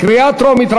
קריאה טרומית.